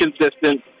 consistent